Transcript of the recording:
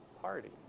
party